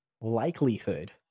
likelihood